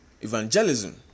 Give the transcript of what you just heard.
Evangelism